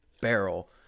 barrel